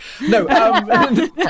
No